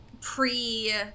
pre